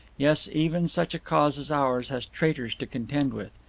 yes, even such a cause as ours has traitors to contend with.